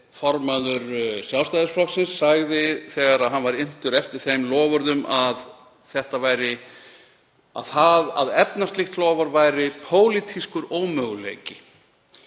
formaður Sjálfstæðisflokksins, sagði, þegar hann var inntur eftir því loforði, að það að efna slíkt loforð væri pólitískur ómöguleiki.